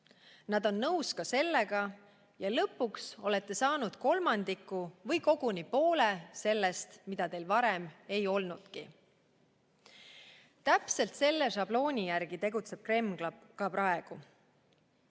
nad on nõus ka sellega. Ja lõpuks olete saanud kolmandiku või koguni poole sellest, mida teil varem ei olnudki. Täpselt selle šablooni järgi tegutseb Kreml ka praegu.